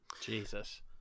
Jesus